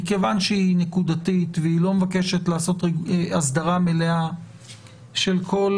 כיוון שהיא נקודתית והיא לא מבקשת לעשות הסדרה מלאה של כל